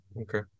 okay